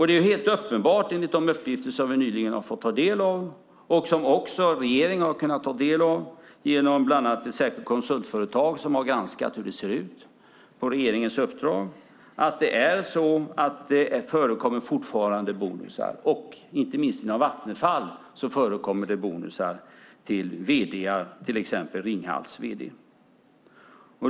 Det är helt uppenbart enligt de uppgifter vi nyligen fått ta del av, och som också regeringen har kunnat ta del av genom bland annat det särskilda konsultföretag som på regeringens uppdrag har granskat hur det ser ut, att det fortfarande förekommer bonusar. Inte minst inom Vattenfall förekommer det bonusar till vd:ar, till exempel Ringhals vd.